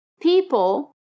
people